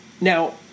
now